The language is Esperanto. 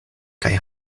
kaj